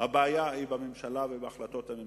הבעיה היא בממשלה ובהחלטות הממשלה.